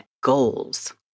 goals